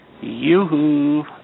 Yoo-hoo